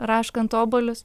raškant obuolius